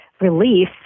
relief